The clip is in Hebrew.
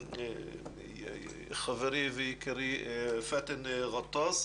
חברי פאתן ג'טאס,